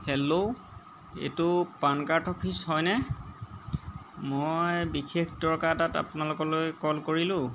hello এইটো PAN card office হয়নে মই বিশেষ দৰকাৰ এটাত আপোনালোকলৈ কল কৰিলোঁ